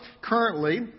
Currently